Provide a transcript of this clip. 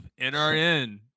NRN